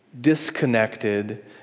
disconnected